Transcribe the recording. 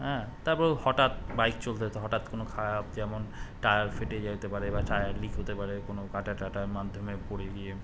হ্যাঁ তারপর হঠাৎ বাইক চলতে হতে হঠাৎ কোনো খারাপ যেমন টায়ার ফেটে যেতে পারে বা টায়ার লিক হতে পারে কোনো কাঁটা টাটার মাধ্যমে পড়ে গিয়ে